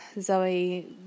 Zoe